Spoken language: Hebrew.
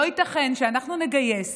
לא ייתכן שאנחנו נגייס